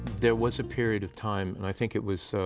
there was a period of time, and i think it was so